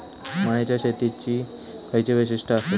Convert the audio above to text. मळ्याच्या शेतीची खयची वैशिष्ठ आसत?